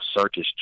circus